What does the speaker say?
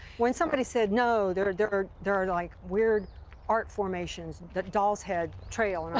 when somebody said, no, there are there are there are, like, weird art formations, the doll's head trail and and